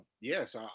yes